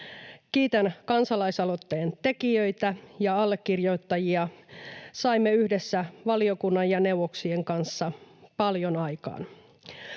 Kiitän kansalaisaloitteen tekijöitä ja allekirjoittajia. Saimme yhdessä valiokunnan ja neuvoksien kanssa paljon aikaan.